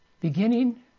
Beginning